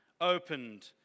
opened